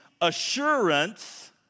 assurance